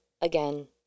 again